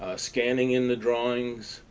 scanning in the drawings,